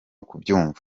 kubyumva